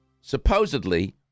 supposedly